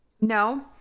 No